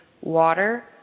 water